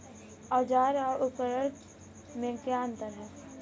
औज़ार और उपकरण में क्या अंतर है?